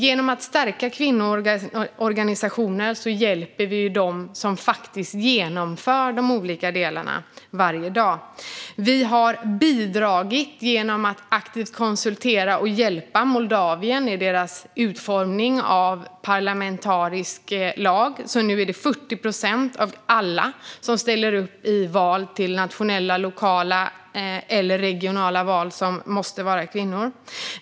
Genom att stärka kvinnoorganisationer hjälper vi dem som faktiskt genomför de olika delarna varje dag. Vi har genom att aktivt konsultera och hjälpa Moldavien i deras utformning av parlamentarisk lag bidragit till att 40 procent av alla som ställer upp i val till nationella, lokala eller regionala val nu måste vara kvinnor.